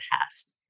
past